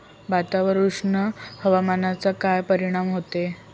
भातावर उष्ण हवामानाचा काय परिणाम होतो?